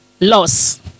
loss